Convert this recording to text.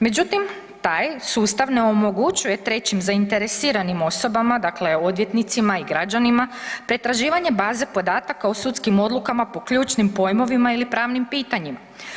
Međutim, taj sustav ne omogućuje trećim zainteresiranim osobama, dakle odvjetnicima i građanima pretraživanje baze podataka o sudskim odlukama po ključnim pojmovima ili pravnim pitanjima.